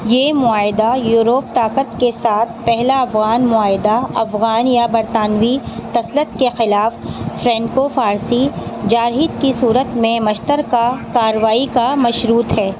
یہ معاہدہ یوروپ طاقت کے ساتھ پہلا افغان معاہدہ افغان یا برطانوی تسلط کے خلاف فرینکو فارسی جارحیت کی صورت میں مشترکہ کارروائی کا مشروط ہے